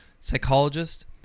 psychologist